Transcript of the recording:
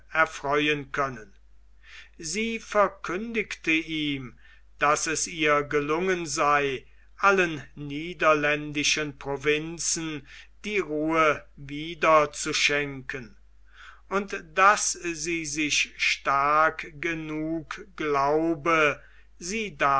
erfreuen können sie verkündigte ihm daß es ihr gelungen sei allen niederländischen provinzen die ruhe wieder zu schenken und daß sie sich stark genug glaube sie